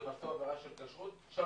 שמצאו עבירה של כשרות לצורך העניין,